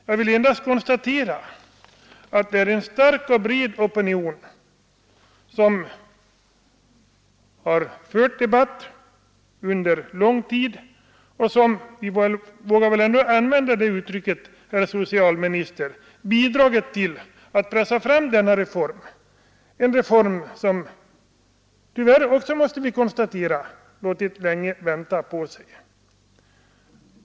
Jag vill endast konstatera att det är en stark och bred opinion som rest krav på en tandvårdsförsäkring under lång tid. Vi vågar väl ändå, herr socialminister, påstå att den bidragit till att pressa fram denna reform, som tyvärr låtit länge vänta på sig.